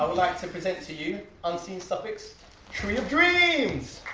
ah you unseen suffolk's tree of dreams.